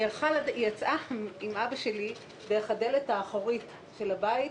היא יצאה עם אבא שלי דרך הדלת האחורית של הבית,